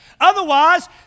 Otherwise